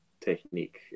technique